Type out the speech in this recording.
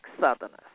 Southerners